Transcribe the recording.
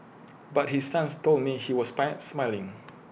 but his sons told me he was by smiling